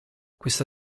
questa